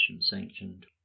sanctioned